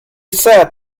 said